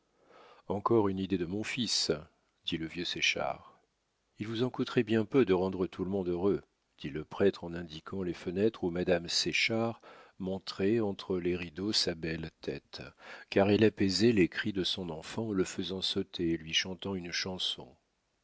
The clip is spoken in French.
encore une idée de mon fils dit le vieux séchard il vous en coûterait bien peu de rendre tout le monde heureux dit le prêtre en indiquant les fenêtres où madame séchard montrait entre les rideaux sa belle tête car elle apaisait les cris de son enfant en le faisant sauter et lui chantant une chanson